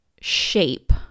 shape